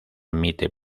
emite